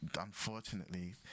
unfortunately